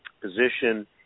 position